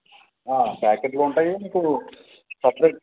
ప్యాకెట్లు ఉంటాయి మీకు సెపెరేట్